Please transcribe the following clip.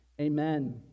Amen